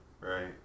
right